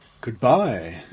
goodbye